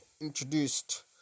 introduced